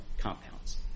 compounds